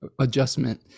adjustment